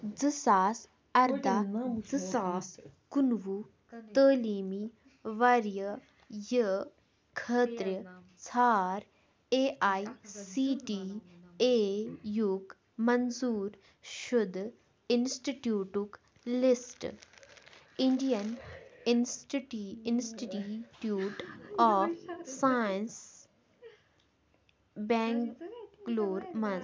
زٕ ساس اَرداہ زٕ ساس کُنہٕ وُہ تعلیٖمی ورۍ یہِ خٲطرٕ ژھار A I C T E یُک منظور شُدہ انسٹِٹیوٗٹُک لسٹہٕ Indian institute institute of science Bangalore مَنٛز